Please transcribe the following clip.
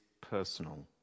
personal